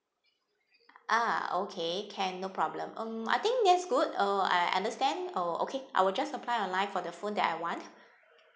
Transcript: ah okay can no problem um I think that's good uh I understand uh okay I will just apply online for the phone that I want